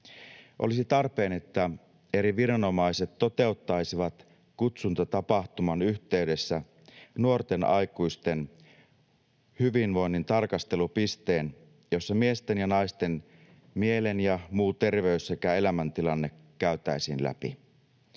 Olisi tarpeen, että eri viranomaiset toteuttaisivat kutsuntatapahtuman yhteydessä nuorten aikuisten hyvinvoinnin tarkastelupisteen, jossa miesten ja naisten mielen- ja muu terveys sekä elämäntilanne käytäisiin läpi.